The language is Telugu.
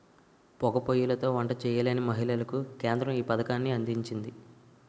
పోగా పోయ్యిలతో వంట చేయలేని మహిళలకు కేంద్రం ఈ పథకాన్ని అందించింది